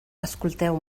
escolteu